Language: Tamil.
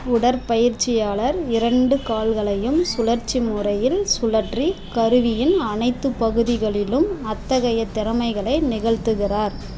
உடற்பயிற்சியாளர் இரண்டு கால்களையும் சுழற்சி முறையில் சுழற்றி கருவியின் அனைத்து பகுதிகளிலும் அத்தகைய திறமைகளை நிகழ்த்துகிறார்